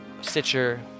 Stitcher